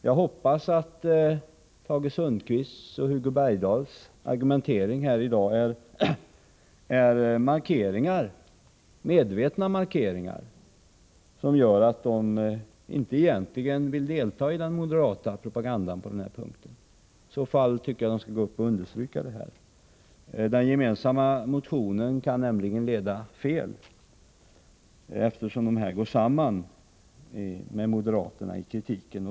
Jag hoppas att Tage Sundkvists och Hugo Bergdahls argumentering här i dag är medvetna markeringar, som visar att de egentligen inte vill delta i den moderata propagandan på denna punkt. I så fall bör de gå upp i talarstolen och understryka detta. Den gemensamma reservationen kan nämligen leda fel, eftersom mittenpartierna där går samman med moderaterna i kritiken.